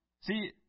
See